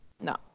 No